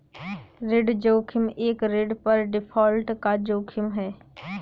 ऋण जोखिम एक ऋण पर डिफ़ॉल्ट का जोखिम है